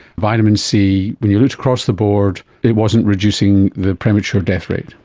vitamin c, when you looked across the board it wasn't reducing the premature death rate.